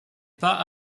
pas